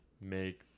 make